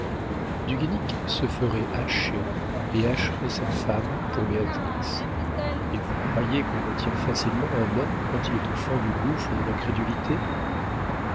du guénic se ferait hacher et hacherait sa femme pour béatrix et vous croyez qu'on retire facilement un homme quand il est au fond du gouffre de la crédulité